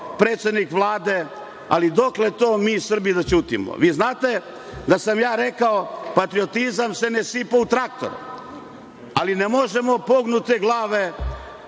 predsednik Vlade. Ali, dokle to mi Srbi da ćutimo. Vi znate, da sam ja rekao, patriotizam se ne sipa u traktor. Ali, ne možemo pognute glave